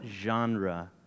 genre